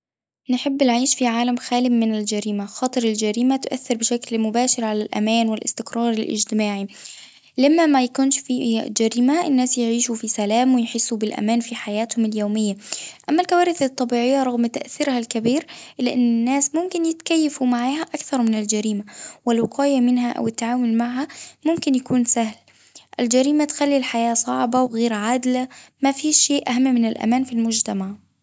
نحب العيش في عالم خالٍ من الجريمة، خاطر الجريمة تأثر بشكل مباشر على الأمان والاستقرار الاجتماعي لما ما يكونش في جريمة الناس يعيشوا في سلام ويحسوا بالامان في حياتهم اليومية أما الكوارث الطبيعية رغم تأثيرها الكبير إلا إن الناس ممكن يتكيفوا معاها أكثر من الجريمة والوقاية منها أو التعاون معها ممكن يكون سهل، الجريمة تخلي الحياة صعبة وغيرعادلة، ما فيش شيء أهم من الأمان في المجتمع.